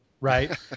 right